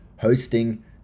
Hosting